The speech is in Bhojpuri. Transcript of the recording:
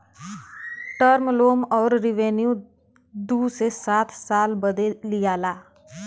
टर्म लोम अउर रिवेन्यू दू से सात साल बदे लिआला